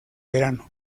verano